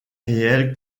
réelle